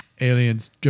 Aliens